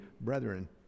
brethren